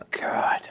God